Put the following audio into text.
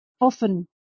often